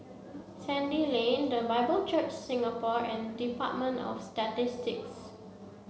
Sandy Lane The Bible Church Singapore and Department of Statistics